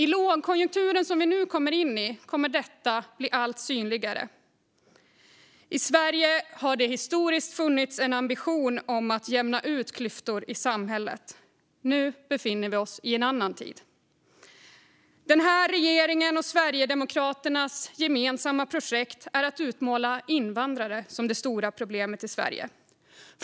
I lågkonjunkturen som vi går in i kommer detta att bli allt synligare. I Sverige har det historiskt funnits en ambition om att jämna ut klyftor i samhället. Nu befinner vi oss i en annan tid. Den här regeringens och Sverigedemokraternas gemensamma projekt är att utmåla invandrare som det stora problemet i Sverige.